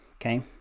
Okay